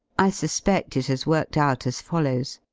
i suspedl it has worked out as follows.